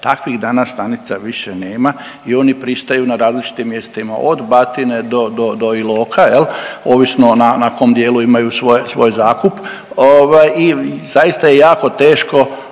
takvih danas stanica više nema i oni pristaju na različitim mjestima od Batine do, do, do Iloka jel ovisno na, na kom dijelu imaju svoj, svoj zakup ovaj i zaista je jako teško